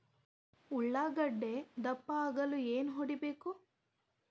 ಉಳ್ಳಾಗಡ್ಡೆ ದಪ್ಪ ಆಗಲು ಏನು ಹೊಡಿಬೇಕು?